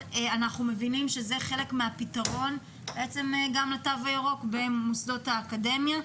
אנחנו מבינים שזה חלק מהפתרון גם לתו הירוק במוסדות האקדמיים.